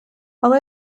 але